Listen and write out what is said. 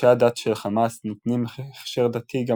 אנשי הדת של חמאס נותנים הכשר דתי גם